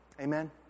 Amen